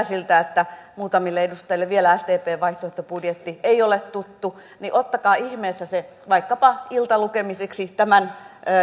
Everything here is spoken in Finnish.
siltä että muutamille edustajille vielä sdpn vaihtoehtobudjetti ei ole tuttu niin ottakaa ihmeessä se vaikkapa iltalukemiseksi tämän